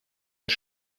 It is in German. uns